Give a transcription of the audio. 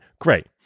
great